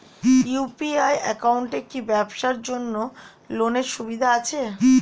UPI একাউন্টে কি ব্যবসার জন্য লোনের সুবিধা আছে?